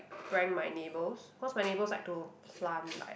prank my neighbours cause my neighbours like to plant like